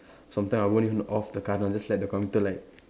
sometimes I won't even off the current I will just let the computer like